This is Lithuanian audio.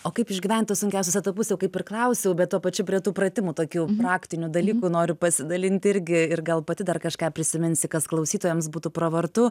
o kaip išgyvent tuos sunkiausius etapus jau kaip ir klausiau bet tuo pačiu prie tų pratimų tokių praktinių dalykų noriu pasidalinti irgi ir gal pati dar kažką prisiminsi kas klausytojams būtų pravartu